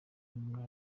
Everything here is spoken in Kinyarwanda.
umuntu